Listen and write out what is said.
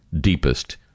deepest